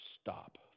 stop